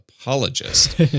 apologist